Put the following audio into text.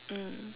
mm